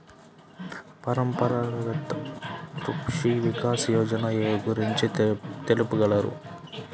పరంపరాగత్ కృషి వికాస్ యోజన ఏ గురించి తెలుపగలరు?